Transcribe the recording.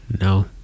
No